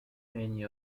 many